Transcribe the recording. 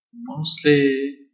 mostly